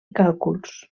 càlculs